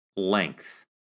Length